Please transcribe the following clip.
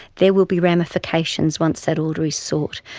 there will be ramifications once that order is sought,